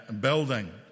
building